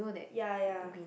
ya ya